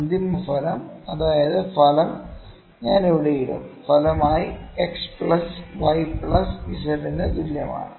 അന്തിമഫലം അതായത് ഫലം ഞാൻ ഇവിടെ ഇടും ഫലമായി x plus y plus z ന് തുല്യമാണ്